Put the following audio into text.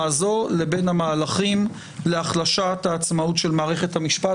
הזאת לבין המהלכים להחלשת העצמאות של מערכת המשפט,